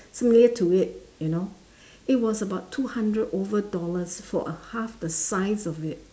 similar to it you know it was about two hundred over dollars for a half the size of it